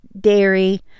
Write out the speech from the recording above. dairy